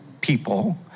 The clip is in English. people